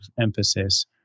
emphasis